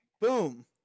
boom